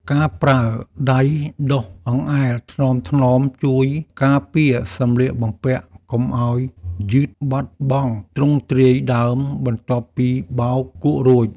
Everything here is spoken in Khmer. ការប្រើដៃដុសអង្អែលថ្នមៗជួយការពារសម្លៀកបំពាក់កុំឱ្យយឺតបាត់បង់ទ្រង់ទ្រាយដើមបន្ទាប់ពីបោកគក់រួច។